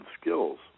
skills